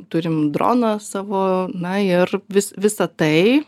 turim droną savo na ir vis visa tai